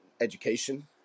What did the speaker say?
education